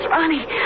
Ronnie